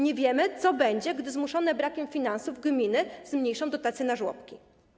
Nie wiemy, co będzie, gdy zmuszone brakiem finansów gminy zmniejszą dotacje na żłobki.